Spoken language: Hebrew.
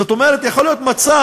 זאת אומרת, יכול להיות מצב